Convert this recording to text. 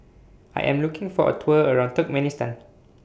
I Am looking For A Tour around Turkmenistan